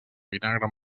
vinagre